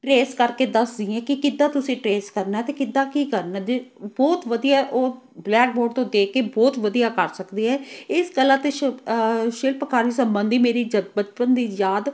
trace ਕਰਕੇ ਦੱਸ ਦੀ ਹਾਂ ਕਿ ਕਿੱਦਾਂ ਤੁਸੀਂ ਟਰੇਸ ਕਰਨਾ ਅਤੇ ਕਿੱਦਾਂ ਕੀ ਕਰਨਾ ਜੇ ਬਹੁਤ ਵਧੀਆ ਉਹ ਬਲੈਕ ਬੋਰਡ ਤੋਂ ਦੇਖ ਕੇ ਬਹੁਤ ਵਧੀਆ ਕਰ ਸਕਦੇ ਹੈ ਇਸ ਕਲਾ ਅਤੇ ਸ਼ਿ ਸ਼ਿਲਪਕਾਰੀ ਸੰਬੰਧੀ ਮੇਰੀ ਜ ਬਚਪਨ ਦੀ ਯਾਦ